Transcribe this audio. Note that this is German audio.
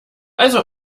also